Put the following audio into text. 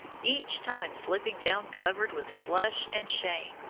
each time slipping down covered with slush and shame.